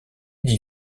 dit